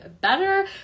better